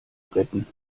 retten